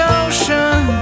ocean